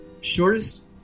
shortest